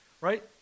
right